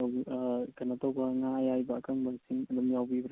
ꯀꯩꯅꯣ ꯇꯧꯕ ꯉꯥ ꯑꯌꯥꯏꯕ ꯑꯀꯪꯕꯁꯤꯡ ꯑꯗꯨꯝ ꯌꯥꯎꯕꯤꯕ꯭ꯔꯥ